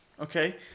Okay